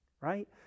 right